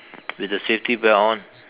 with the safety belt on